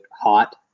hot